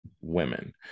women